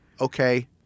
Okay